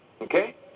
Okay